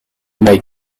may